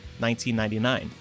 1999